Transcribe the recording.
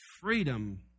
freedom